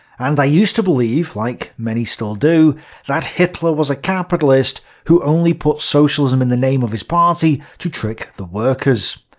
and i used to believe like many still do that hitler was a capitalist who only put socialism in the name of his party to trick the workers.